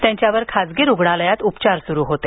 त्यांच्यावर खासगी रुग्णालयात उपचार चालू होते